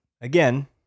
again